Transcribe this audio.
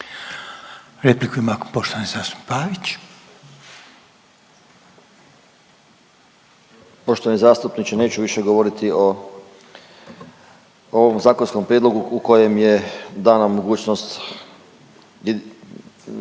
Repliku ima poštovani zastupnik